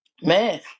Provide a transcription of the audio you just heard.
Man